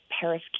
Paris